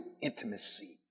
intimacy